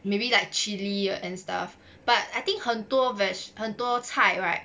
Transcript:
maybe like chili and stuff but I think 很多 veggie 很多菜 right